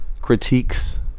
critiques